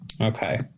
Okay